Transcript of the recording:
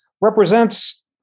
represents